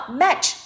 match